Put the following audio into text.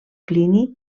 plini